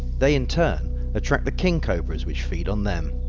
they in turn attract the king cobras which feed on them.